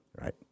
right